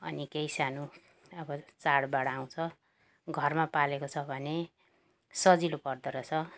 अनि केही सानो अब चाडबाड आउँछ घरमा पालेको छ भने सजिलो पर्दो रहेछ